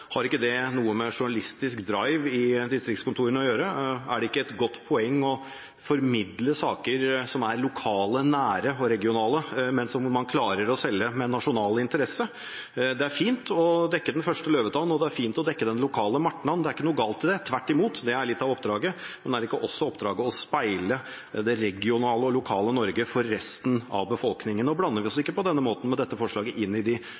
Har ikke dette noe med journalistisk «drive» i distriktskontorene å gjøre? Er det ikke et godt poeng å formidle saker som er lokale, nære og regionale, men som man klarer å selge med nasjonal interesse? Det er fint å dekke den første løvetann, og det er fint å dekke den lokale martnan. Det er ikke noe galt i det – tvert imot, det er litt av oppdraget. Men er ikke oppdraget også å speile det regionale og lokale Norge for resten av befolkningen? Nå blander vi oss ikke på denne måten med dette forslaget inn i de